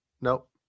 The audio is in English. Nope